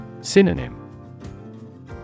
Synonym